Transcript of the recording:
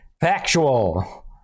Factual